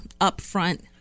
upfront